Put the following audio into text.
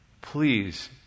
please